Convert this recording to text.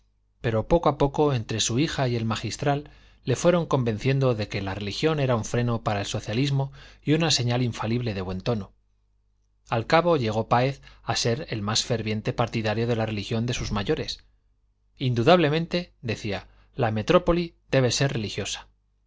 pero poco a poco entre su hija y el magistral le fueron convenciendo de que la religión era un freno para el socialismo y una señal infalible de buen tono al cabo llegó páez a ser el más ferviente partidario de la religión de sus mayores indudablemente decía la metrópoli debe ser religiosa